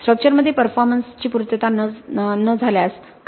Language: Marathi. स्ट्रक्चर मध्ये परफॉर्मेंस ची पूर्तता न झाल्यास काय